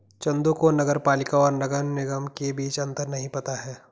चंदू को नगर पालिका और नगर निगम के बीच अंतर नहीं पता है